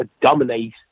dominate